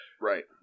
right